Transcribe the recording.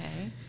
Okay